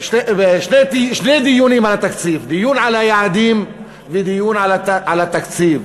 שני דיונים על התקציב: דיון על היעדים ודיון על התקציב.